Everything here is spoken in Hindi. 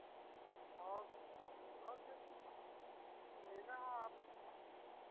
और और जो चीज़ लेना हो आप